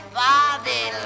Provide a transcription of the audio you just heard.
body